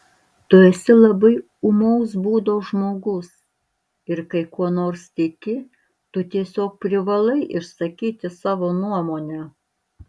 tu esi labai ūmaus būdo žmogus ir kai kuo nors tiki tu tiesiog privalai išsakyti savo nuomonę